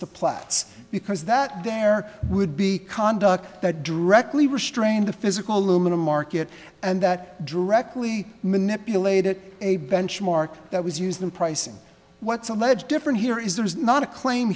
the plots because that there would be conduct that directly restrain the physical aluminum market and that directly manipulated a benchmark that was used in pricing what's alleged different here is there's not a claim